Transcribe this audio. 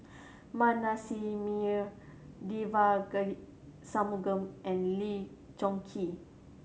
Manasseh Meyer Devagi Sanmugam and Lee Choon Kee